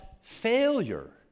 failure